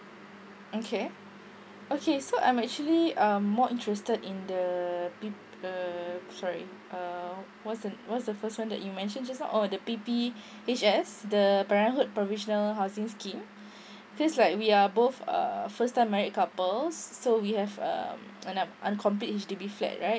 okay okay so I'm actually um more interested in the P uh sorry uh what's the what's the first one that you mentioned just now oh the P_P_H_S the parenthood provisional housing scheme since like we are both uh first time married couples so we have um and a uncompleted H_D_B flat right